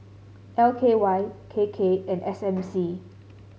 L K Y K K and S M C